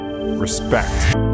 respect